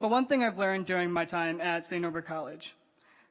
but one thing i've learned during my time at st. norbert college